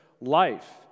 life